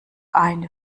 eine